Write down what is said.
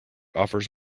offers